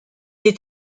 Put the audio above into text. est